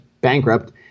bankrupt